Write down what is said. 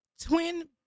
Twin